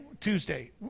Tuesday